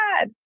God